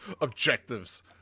Objectives